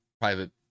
private